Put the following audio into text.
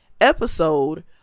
episode